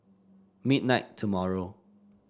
midnight tomorrow